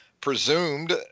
presumed